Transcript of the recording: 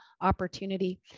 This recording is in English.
opportunity